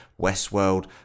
westworld